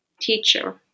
teacher